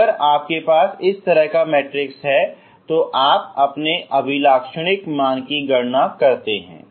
अगर आपके पास इस तरह का मैट्रिक्स है तो आप अपने अभिलक्षणिक मान की गणना करते हैं